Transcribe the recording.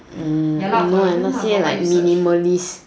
hmm ya lah for your room lah but what you search